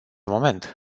moment